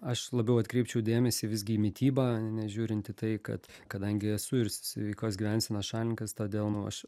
aš labiau atkreipčiau dėmesį visgi į mitybą nežiūrint į tai kad kadangi esu ir sveikos gyvensenos šalininkas todėl aš